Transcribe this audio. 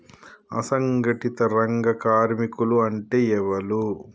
అసంఘటిత రంగ కార్మికులు అంటే ఎవలూ?